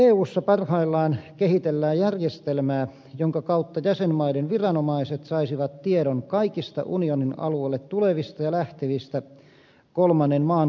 eussa parhaillaan kehitellään järjestelmää jonka kautta jäsenmaiden viranomaiset saisivat tiedon kaikista unionin alueelle tulevista ja sieltä lähtevistä kolmannen maan kansalaisista